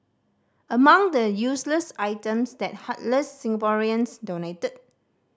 among the useless items that heartless Singaporeans donated